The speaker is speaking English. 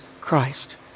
Christ